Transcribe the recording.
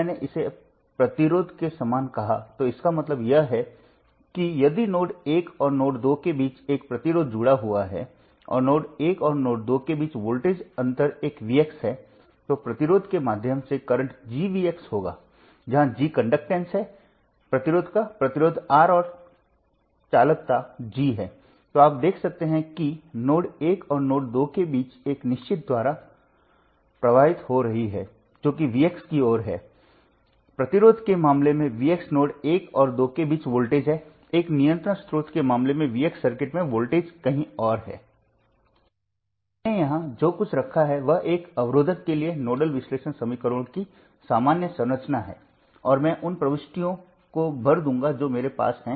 मैं डेरिवेशन के माध्यम से नहीं जा रहा हूं हमने पहले ही ऐसा कर लिया है लेकिन मेरा सुझाव है कि आप इनमें से प्रत्येक सर्किट के लिए करें आप वीडियो को रोकें आप सर्किट को देखें नोडल विश्लेषण समीकरण लिखें और इसकी तुलना करें मैंने यहाँ क्या दिया है